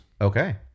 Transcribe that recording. Okay